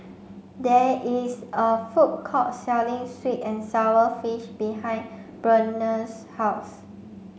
there is a food court selling sweet and sour fish behind Burnell's house